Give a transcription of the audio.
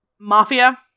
Mafia